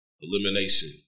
Elimination